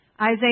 Isaiah